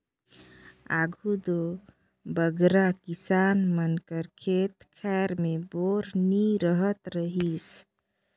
आघु दो बगरा किसान मन कर खेत खाएर मे बोर नी रहत रहिस